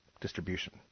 distribution